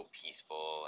peaceful